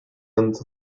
and